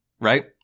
right